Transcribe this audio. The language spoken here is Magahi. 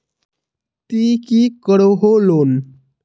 ती की करोहो लोन?